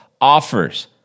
offers